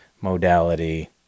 modality